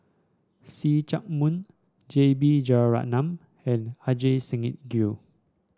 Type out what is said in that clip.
See Chak Mun J B Jeyaretnam and Ajit Singh Gill